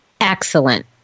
Excellent